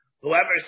whoever